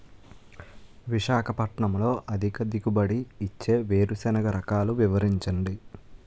విశాఖపట్నంలో అధిక దిగుబడి ఇచ్చే వేరుసెనగ రకాలు వివరించండి?